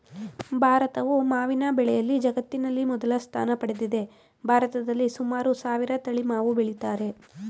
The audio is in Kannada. ಭಾರತವು ಮಾವಿನ ಬೆಳೆಯಲ್ಲಿ ಜಗತ್ತಿನಲ್ಲಿ ಮೊದಲ ಸ್ಥಾನ ಪಡೆದಿದೆ ಭಾರತದಲ್ಲಿ ಸುಮಾರು ಸಾವಿರ ತಳಿ ಮಾವು ಬೆಳಿತಾರೆ